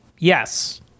Yes